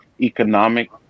economic